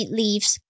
leaves